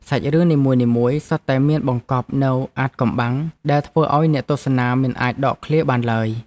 សាច់រឿងនីមួយៗសុទ្ធតែមានបង្កប់នូវអាថ៌កំបាំងដែលធ្វើឱ្យអ្នកទស្សនាមិនអាចដកឃ្លាបានឡើយ។